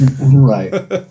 Right